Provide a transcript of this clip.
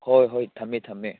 ꯍꯣꯏ ꯍꯣꯏ ꯊꯝꯃꯦ ꯊꯝꯃꯦ